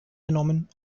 genommen